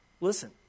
Listen